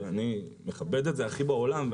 ואני מכבד את זה הכי בעולם,